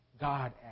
God